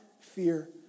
fear